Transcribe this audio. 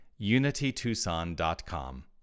unitytucson.com